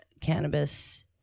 cannabis